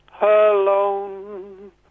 alone